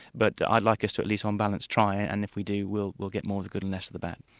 but i'd like us to at least on balance, try, and and if we do, we'll we'll get more of the good and less of the bad.